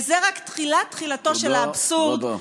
וזה רק תחילת תחילתו של האבסורד,